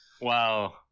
wow